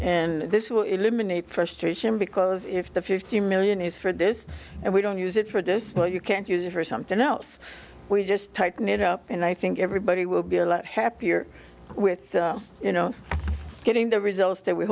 and this will eliminate frustration because if the fifty million is for this and we don't use it for this well you can't use it for something else we just tighten it up and i think everybody will be a lot happier with you know getting the results that we